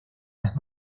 las